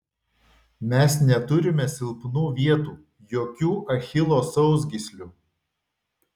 mes neturime silpnų vietų jokių achilo sausgyslių